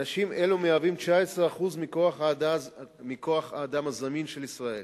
אנשים אלו מהווים 19% מכוח-האדם הזמין של ישראל,